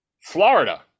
florida